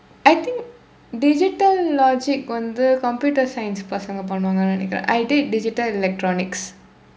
I think digital logic வந்து:vandthu computer science பசங்க பண்ணுவாங்க நினைக்கிறேன்:pasangka pannuvaangka ninaikkireen I did digital electronics